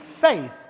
faith